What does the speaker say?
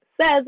says